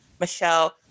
Michelle